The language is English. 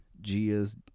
Gia's